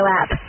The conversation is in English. app